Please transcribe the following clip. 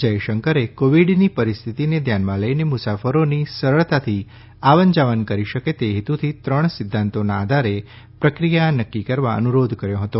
જયશંકરે કોવિડની પરિસ્થિતિને ધ્યાનમાં લઈને મુસાફરોની સરળતાથી આવન જાવન કરી શકે તે હેતુથી ત્રણ સિદ્ધાંતોના આધારે પ્રક્રિયા નક્કી કરવા અનુરોધ કર્યો હતો